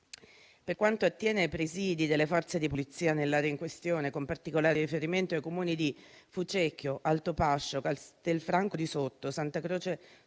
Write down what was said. Per quanto attiene ai presidi delle Forze di polizia nell'area in questione - con particolare riferimento ai comuni di Fucecchio, Altopascio, Castelfranco di Sotto, Santa Croce